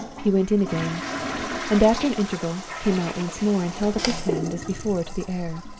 he went in again and, after an interval, came out once more, and held up his hand as before to the air.